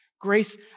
Grace